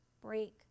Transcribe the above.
break